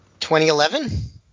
2011